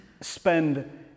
spend